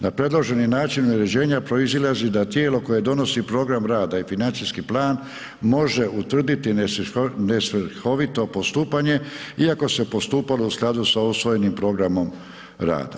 Na predloženi način uređenje proizlazi da tijelo koje donosi program rada i financijski plan može utvrditi nesvrhovito postupanje iako se postupalo u skladu s usvojenim programom rada.